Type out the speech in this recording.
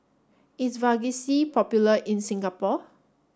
is Vagisil popular in Singapore